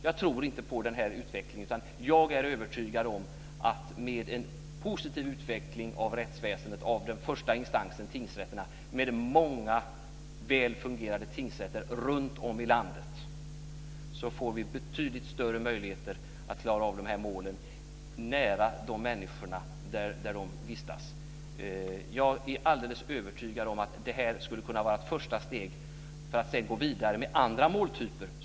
Jag tror inte på den här utvecklingen, utan jag är övertygad om att vi får betydligt större möjligheter att klara de här målen nära de berörda människorna med en positiv utveckling av rättsväsendets första instans tingsrätterna, med många väl fungerande tingsrätter runtom i landet. Jag är alldeles övertygad om att det här skulle kunna bli ett första steg i att säsongsutjämna också andra måltyper.